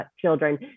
children